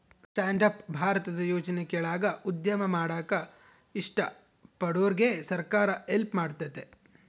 stand up ಭಾರತದ ಯೋಜನೆ ಕೆಳಾಗ ಉದ್ಯಮ ಮಾಡಾಕ ಇಷ್ಟ ಪಡೋರ್ಗೆ ಸರ್ಕಾರ ಹೆಲ್ಪ್ ಮಾಡ್ತತೆ